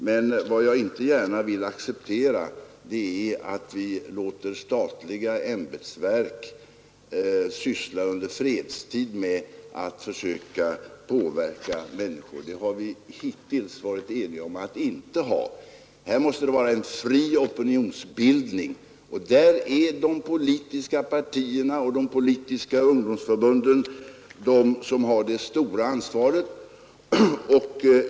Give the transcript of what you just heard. Men vad jag inte gärna vill acceptera är att vi låter statliga ämbetsverk under fredstid syssla med att försöka påverka människor — hittills har vi varit eniga om att inte tillåta detta. Det måste vara en fri opinionsbildning, och här är det de politiska partierna och de politiska ungdomsförbunden som har det stora ansvaret.